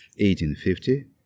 1850